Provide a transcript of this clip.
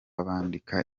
bandika